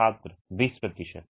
छात्र 20 प्रतिशत